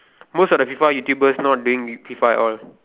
most of the FIFA YouTubers not doing FIFA at all